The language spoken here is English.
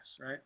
right